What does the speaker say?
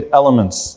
elements